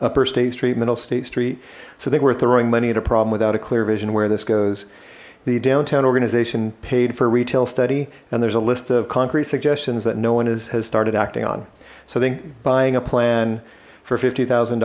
upper state street middle state street so think we're throwing money at a problem without a clear vision where this goes the downtown organization paid for retail study and there's a list of concrete suggestions that no one is has started acting on so i think buying a plan for fifty thousand